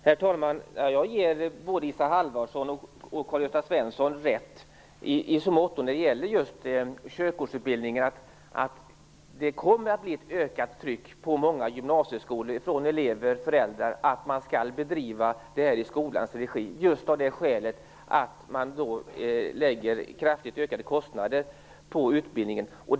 Herr talman! Jag ger både Isa Halvarsson och Karl-Gösta Svenson rätt i så måtto när det gäller körkortsutbildningen, att det kommer att bli ett ökat tryck på många gymnasieskolor från elever och föräldrar att man skall bedriva det här i skolans regi - just av det skälet att man lägger kraftiga kostnader på utbildningen.